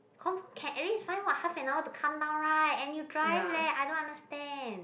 confirm can at least find what half an hour to come down right and you drive leh I don't understand